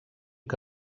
que